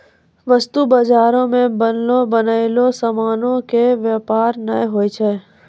वस्तु बजारो मे बनलो बनयलो समानो के व्यापार नै होय छै